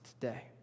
today